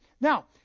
Now